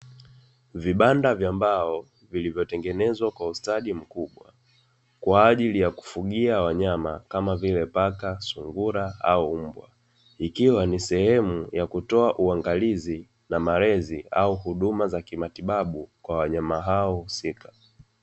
Vibanda vya mbao vilivyotengenezwa kwa ustadi mkubwa kwa ajili ya kufugia wanyama kama vile paka, sungura au mbwa ikiwa ni sehemu ya kutoa uangalizi na malezi au huduma za kimatibabu kwa wanyama hao husika.